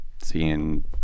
seeing